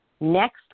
Next